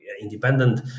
independent